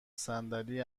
صندلی